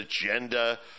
agenda